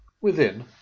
Within